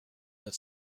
that